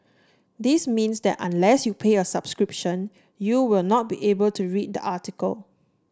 this means that unless you pay a subscription you will not be able to read the article